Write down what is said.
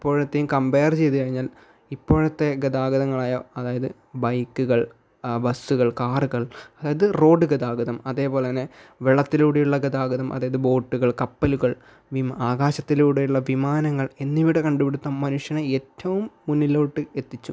ഇപ്പോഴത്തെയും compare ചെയ്ത് കഴിഞ്ഞാൽ ഇപ്പോഴത്തെ ഗതാഗതങ്ങളായ അതായത് ബൈക്കുകൾ ബസ്സുകൾ കാറുകൾ അതായത് റോഡ് ഗതാഗതം അതേപോലെ തന്നെ വെള്ളത്തിലൂടെയുള്ള ഗതാഗതം അതായത് ബോട്ടുകൾ കപ്പലുകൾ വിമാ ആകാശത്തിലൂടെയുള്ള വിമാനങ്ങൾ എന്നിവയുടെ കണ്ടുപിടുത്തം മനുഷ്യനെ ഏറ്റവും മുന്നിലോട്ട് എത്തിച്ചു